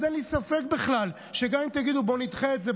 אז אין לי ספק בכלל שגם אם תגידו: בואו נדחה את זה,